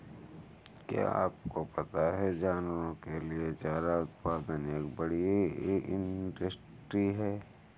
क्या आपको पता है जानवरों के लिए चारा उत्पादन एक बड़ी इंडस्ट्री है?